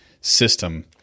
system